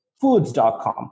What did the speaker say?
foods.com